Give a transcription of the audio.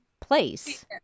place